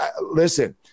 listen